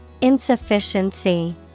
Insufficiency